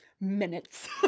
minutes